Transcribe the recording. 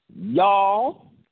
y'all